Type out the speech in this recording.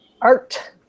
art